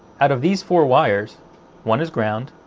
out of these four wires one is ground,